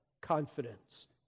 confidence